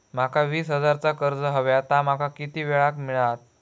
माका वीस हजार चा कर्ज हव्या ता माका किती वेळा क मिळात?